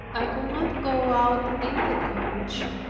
i could not go out in the coach,